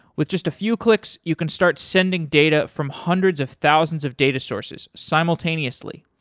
with just a few clicks, you can start sending data from hundreds of thousands of data sources simultaneously.